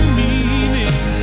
meaning